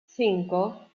cinco